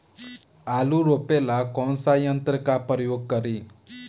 आलू रोपे ला कौन सा यंत्र का प्रयोग करी?